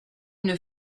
une